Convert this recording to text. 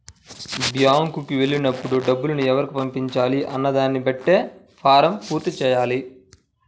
బ్యేంకుకి వెళ్ళినప్పుడు డబ్బుని ఎవరికి పంపించాలి అన్న దానిని బట్టే ఫారమ్ పూర్తి చెయ్యాలి